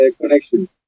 connection